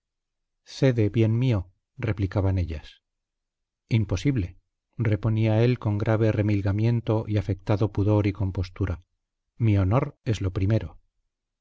consiente cede bien mío replicaban ellas imposible reponía él con grave remilgamiento y afectado pudor y compostura mi honor es lo primero